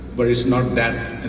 but it's not that